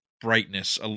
brightness